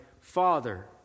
Father